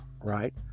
right